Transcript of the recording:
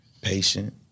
patient